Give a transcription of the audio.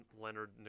Leonard